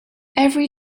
every